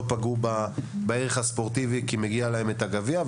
פגעו בערך הספורטיבי כי מגיע להם את הגביע.